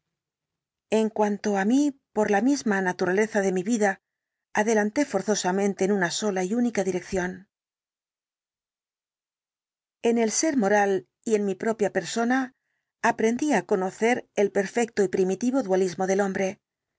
en cuanto á mí por la misma naturaleza de mi vida adelanté forzosamente en una sola y única dirección en el ser moral y en mi propia persona aprendí á conocer el perfecto y primitivo dualismo del nombre